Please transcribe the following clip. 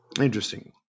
Interesting